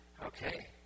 Okay